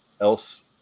Else